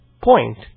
point